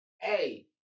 Hey